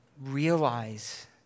realize